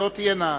שלא תהיינה,